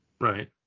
Right